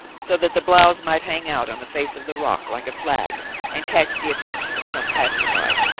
so that the blouse might hang out on the face of the rock like a flag and catch the attention of some passer-by.